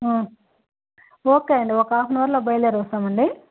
okay అండి ఒక half an అవర్లో బయలుదేరి వస్తామండి